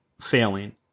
failing